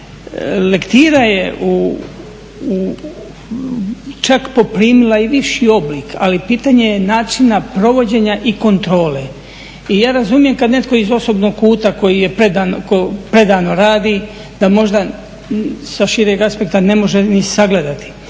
Lektira je čak poprimila i viši oblik, ali pitanje je načina provođenja i kontrole. I ja razumijem kad netko iz osobnog kuta koji predano radi da možda sa šireg aspekta ne može ni sagledati,